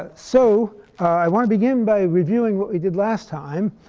ah so i want to begin by reviewing what we did last time.